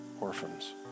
orphans